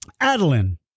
Adeline